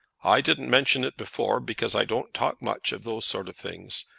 i didn't mention it before, because i don't talk much of those sort of things.